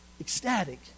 ecstatic